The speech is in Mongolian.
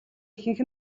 ихэнх